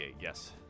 yes